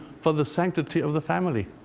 for the sanctity of the family.